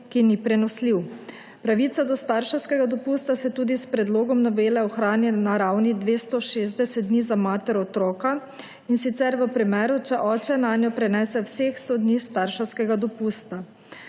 ki ni prenosljiv. Pravica do starševskega dopusta se tudi s predlogom novele ohranja na ravni 260 dni za mater otroka in sicer v primeru, če oče nanjo prenese veh sto dni starševskega dopusta.